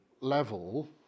level